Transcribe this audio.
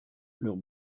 leurs